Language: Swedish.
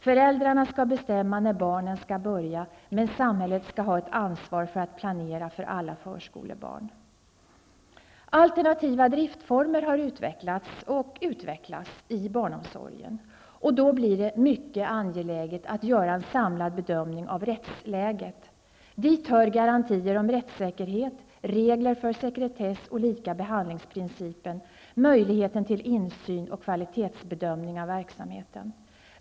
Föräldrarna skall bestämma när barnen skall börja, men samhället skall ha ett ansvar för att planera för alla förskolebarn. Alternativa driftsformer har utvecklats och utvecklas i barnomsorgen. Då blir det mycket angeläget att göra en samlad bedömning av rättsläget. Dit hör garantier om rättssäkerhet, regler för sekretess och likabehandlingsprincipen, möjligheten till insyn och kvalitetsbedömning av verksamheten.